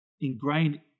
ingrained